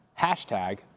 hashtag